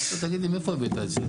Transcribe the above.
אמרתי לו, תגיד לי, מאיפה הבאת את זה?